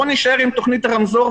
בואו נישאר עם תוכנית הרמזור,